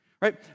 right